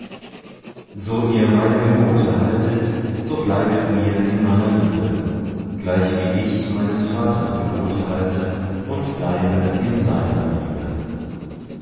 so ihr meine gebote haltet so bleibet ihr in meiner liebe gleichwie ich meines vaters gebote halte und bleibe in seiner liebe